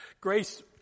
Grace